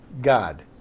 God